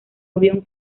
avión